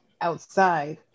outside